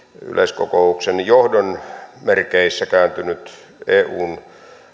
yleiskokouksen johdon merkeissä kääntynyt eun